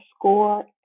score